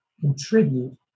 contribute